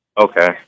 Okay